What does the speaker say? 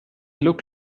look